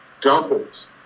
doubles